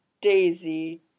Daisy